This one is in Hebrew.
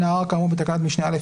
העניין,